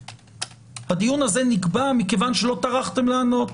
הדיון הזה נקבע מכיוון שלא טרחתם לענות.